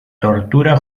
tortura